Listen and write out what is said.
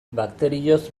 bakterioz